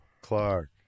Clark